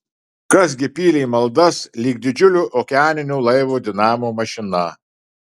kas gi pylė maldas lyg didžiulio okeaninio laivo dinamo mašina